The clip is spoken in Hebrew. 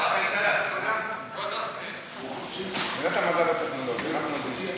ועדת המדע והטכנולוגיה, אנחנו ממליצים.